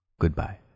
goodbye